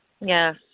Yes